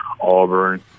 Auburn